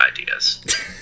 ideas